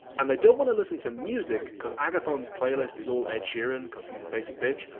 and they don't wanna listen to music cause agathon's playlist is all ed sheeran, cause he's a basic bitch.